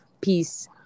peace